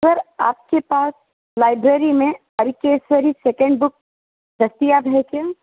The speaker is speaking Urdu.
سر آپ کے پاس لائبریری میں سیکنڈ بک دستیاب ہے کیا